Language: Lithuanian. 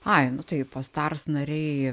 ai nu tai post ars nariai